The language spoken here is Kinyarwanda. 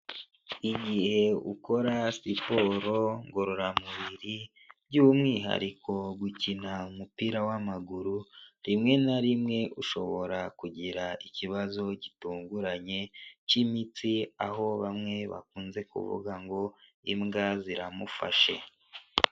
Igihe ukora siporo ngororamubiri, by'umwihariko gukina umupira w'amaguru, rimwe na rimwe, ushobora kugira ikibazo gitunguranye cy'imitsi, aho bamwe bakunze kuvuga ngo, imbwa ziramufashe.